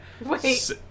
Wait